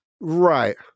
right